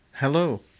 Hello